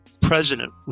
president